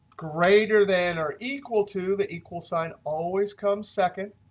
greater than or equal to, the equal sign always comes second.